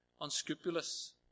unscrupulous